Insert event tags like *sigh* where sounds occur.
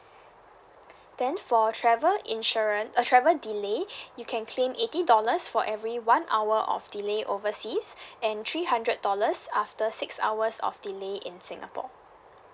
then for travel insuran~ uh travel delay *breath* you can claim eighty dollars for every one hour of delay overseas and three hundred dollars after six hours of delay in singapore